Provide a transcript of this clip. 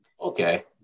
Okay